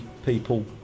People